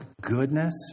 Goodness